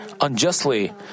unjustly